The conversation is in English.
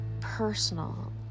personal